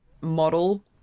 model